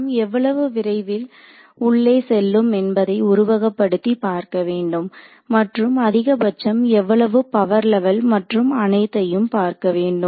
நாம் எவ்வளவு விரைவில் உள்ளே செல்லும் என்பதை உருவகப்படுத்தி பார்க்க வேண்டும் மற்றும் அதிகபட்சம் எவ்வளவு பவர் லெவல் மற்றும் அனைத்தையும் பார்க்க வேண்டும்